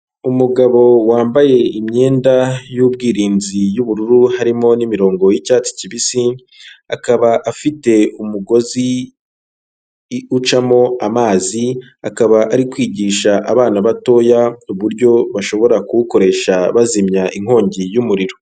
Umugabo wambaye imyenda y'ubwirinzi y'ubururu harimo n'imirongo y'icyatsi kibisi, akaba afite umugozi ucamo amazi akaba ari kwigisha abana batoya uburyo bashobora kuwukoresha bazimya inkongi y'umuriro.